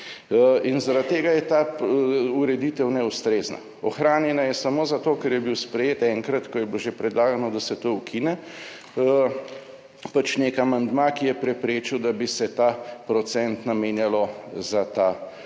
In zaradi tega je ta ureditev neustrezna. Ohranjena je samo zato, ker je bil sprejet enkrat, ko je bilo že predlagano, da se to ukine, nek amandma, ki je preprečil, da bi se ta procent namenjalo za ta